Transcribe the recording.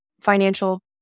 financial